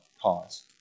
cause